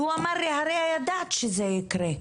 והוא אמר לי: הרי ידעת שזה יקרה.